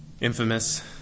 infamous